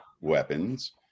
weapons